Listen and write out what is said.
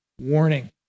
warning